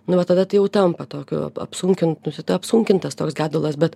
nu va tada tai jau tampa tokiu apsunkintu apsunkintas toks gedulas bet